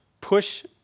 push